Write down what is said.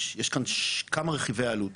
יש כאן כמה רכיבי עלות.